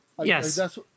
Yes